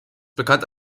bekannt